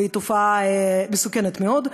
והיא תופעה מסוכנת מאוד,